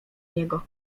niego